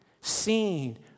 Seen